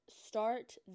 start